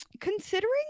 Considering